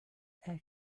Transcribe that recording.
air